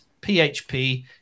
PHP